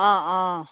অঁ অঁ